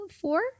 Four